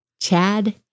Chad